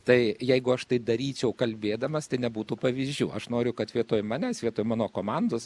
tai jeigu aš tai daryčiau kalbėdamas tai nebūtų pavyzdžių aš noriu kad vietoj manęs vietoj mano komandos